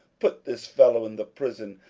put this fellow in the prison,